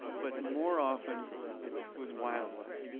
but more often it's wildlife.